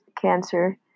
cancer